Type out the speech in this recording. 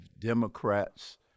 Democrats